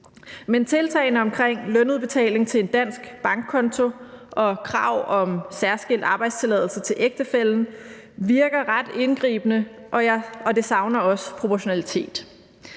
Men tiltagene omkring lønudbetaling til en dansk bankkonto og krav om særskilt arbejdstilladelse til ægtefællen virker ret indgribende og savner også proportionalitet.